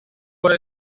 what